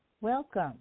Welcome